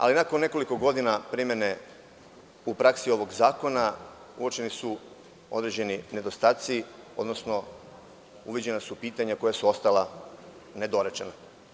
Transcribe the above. Ali, nakon nekoliko godina primene u praksi ovog zakona, uočeni su određeni nedostaci, odnosno, uočena su pitanja koja su ostala nedorečena.